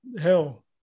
hell